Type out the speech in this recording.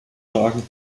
tragen